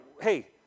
hey